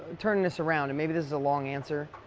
turning this around, and maybe this is a long answer,